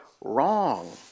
wrong